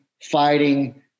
fighting